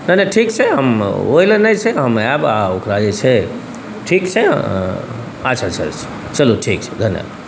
नहि नहि ठीक छै हम ओहिलए नहि छै हम आएब आओर ओकरा जे छै ठीक छै अच्छा अच्छा चलू ठीक छै धन्यवाद